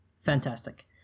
fantastic